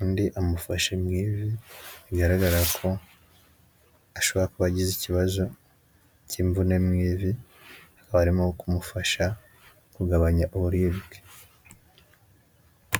undi amufashe mu ivi bigaragara ko ashobora ko agize ikibazo cy'imvune mu ivi barimo kumufasha kugabanya uburibwe.